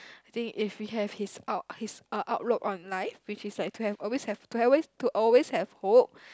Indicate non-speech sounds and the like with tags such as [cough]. [breath] I think if we have his out his out outlook on life which is like to have always have to always to always have hope